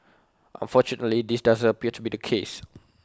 unfortunately this doesn't appear to be the case